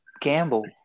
gamble